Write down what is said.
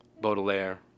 Baudelaire